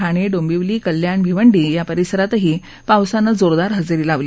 ठाणे डोंबिवली कल्याण भिवंडी या परिसरातही पावसानं जोरदार हजेरी लावली